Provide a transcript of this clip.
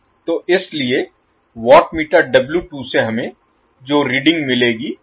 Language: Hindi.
तो इसलिए वाट मीटर W2 से हमें जो रीडिंग मिलेगी वह 0 होगी